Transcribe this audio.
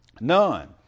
None